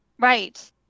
Right